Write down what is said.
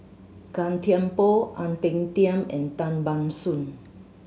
Gan Thiam Poh Ang Peng Tiam and Tan Ban Soon